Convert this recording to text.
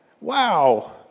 Wow